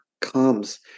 comes